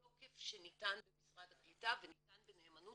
התוקף שניתן במשרד הקליטה וניתן בנאמנות